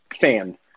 fan